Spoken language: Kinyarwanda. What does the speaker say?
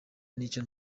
n’icyo